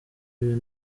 ibintu